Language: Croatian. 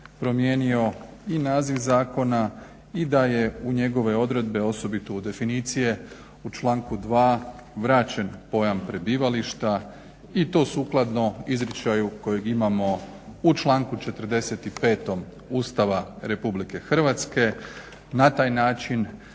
promijenio i naziv zakona i da je u njegov odredbe osobito u definicije u članku 2.vraćen pojam prebivališta i to sukladno izričaju kojeg imamo u članku 45. Ustava RH. na taj način